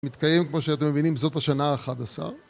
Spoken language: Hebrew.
מתקיים, כמו שאתם מבינים, זאת השנה ה-11